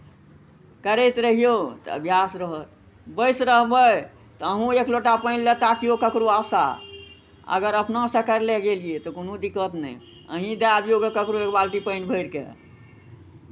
करैत रहियौ तऽ अभ्यास रहत बैसि रहबै तऽ अहूँ एक लोटा पानि लए ताकियौ ककरो आशा अगर अपनासँ करय लए गेलियै तऽ कोनो दिक्कत नहि अहीँ दए आबिऔ गे ककरो एक बाल्टी पानि भरि कऽ